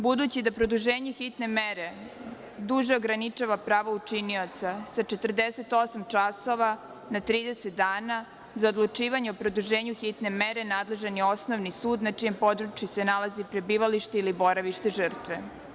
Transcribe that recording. Budući da produženje hitne mere duže ograničava pravo učinioca sa 48 časova na 30 dana. za odlučivanje od produženju hitne mere nadležan je osnovni sud na čijem području se nalazi prebivalište ili boravište žrtve.